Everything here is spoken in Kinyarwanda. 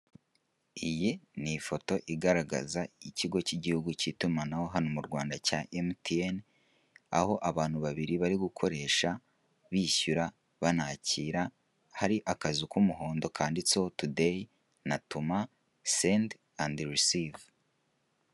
Iyi ni ifoto igaragaza ikigo cy'ikigihugu cy'itumanaho hano mu Rwanda cya MTN, aho abantu babiri barigukoresha bishyura banakira, hari akazu k'umuhondo kanditseho today na tuma, send and receive.